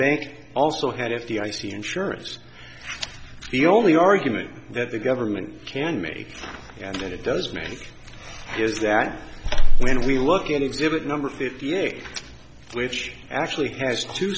bank also had if the i c insurance the only argument that the government can make and it does make is that when we look at exhibit number fifty eight which actually has t